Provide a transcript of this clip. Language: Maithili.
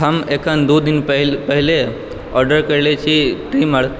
हम एखन दू दिन पहिले ऑर्डर कयले छी ट्रिमर